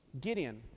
Gideon